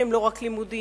שהם לא רק לימודיים,